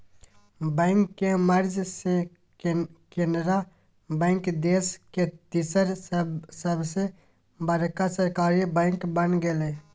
bank के merge से Canara bank देश के तीसर सबसे बड़का सरकारी बैंक बन गेलय